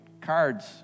cards